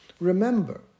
remember